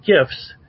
gifts